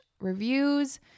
Reviews